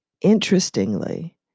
Interestingly